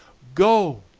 go!